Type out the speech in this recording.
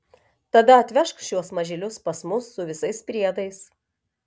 tada atvežk šiuos mažylius pas mus su visais priedais